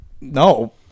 No